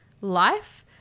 life